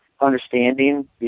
understanding